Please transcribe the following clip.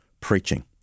preaching